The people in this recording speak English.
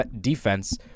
defense